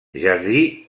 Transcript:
jardí